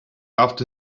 after